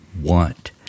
want